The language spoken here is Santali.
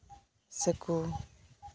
ᱥᱮᱠᱚ